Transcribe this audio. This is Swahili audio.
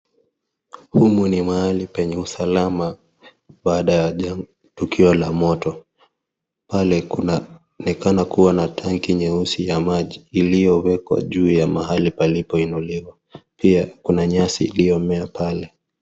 Humu ni mahali penye usalama, baada ya jang.., tukio la moto. Pale kunaonekana kuwa na tangi nyeusi ya maji, iliyowekwa juu ya mahali palipoinuliwa. Pia kuna nyasi iliyomea pale.